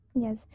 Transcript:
yes